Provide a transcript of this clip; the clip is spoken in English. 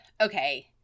Okay